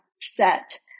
set